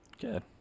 good